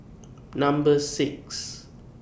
Number six